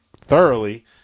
thoroughly